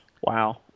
Wow